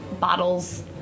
bottles